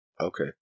Okay